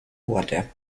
wurde